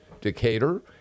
Decatur